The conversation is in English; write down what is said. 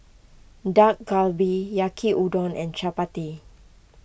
Dak Galbi Yaki Udon and Chapati